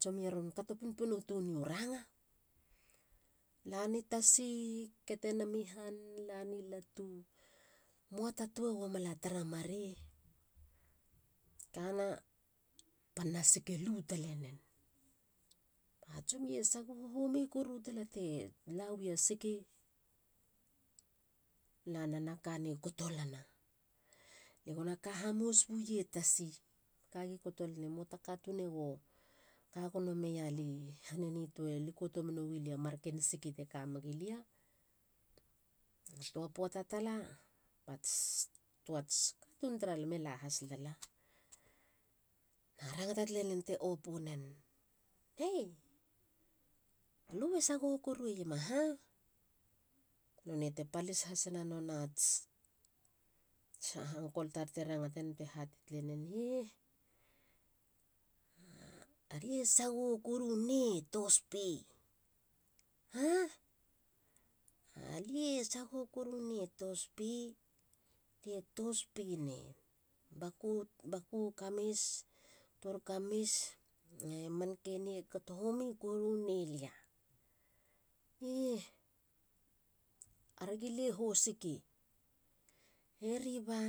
Tsomie ron kato pinpino tuniu ranga. lani tasi. kete nami han. lani latu. muata tua go mala tara marei. kana. panna sik elu talenen. ba tsomi e sagoho homi koru tala telawi a sik. lana. na kanei kotolana. le gona ka hamos buie tasi. kagi kotolane moata katun ego ka gono meiali han eni te likoto menowi lia marken siki teka megilia. tua poata tala bats tuats katun taralam ela has lala. na rangata talenen te opunen. hey. alue sagoho koruiema ha? Nonei te palis hasena nonats ha uncle tar te rangatenen bete hatei talenen. Alie sagoho korune tos ne pi. re baku kamis. tor kamis ne markeni e kato homi korune lia. aragi lei hosiki. heriba.